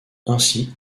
ainsi